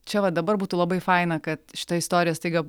čia va dabar būtų labai faina kad šita istorija staiga